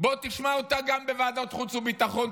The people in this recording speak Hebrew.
בוא תשמע אותם גם בוועדת חוץ וביטחון,